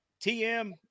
TM